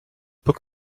book